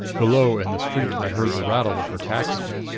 below, in the street, i heard the rattle of her taxi.